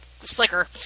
slicker